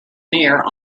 near